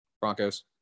Broncos